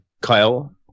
Kyle